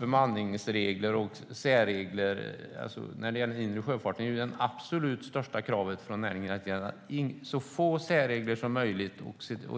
bemanningsregler och särregler. När det gäller den inre sjöfarten är det absolut största kravet från näringen att det ska finnas så få särregler som möjligt.